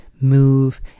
move